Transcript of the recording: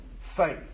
faith